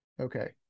Okay